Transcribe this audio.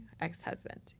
ex-husband